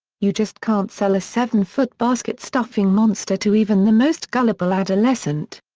you just can't sell a seven-foot basket stuffing monster to even the most gullible adolescent.